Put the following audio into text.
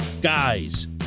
guys